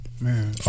man